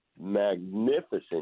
magnificent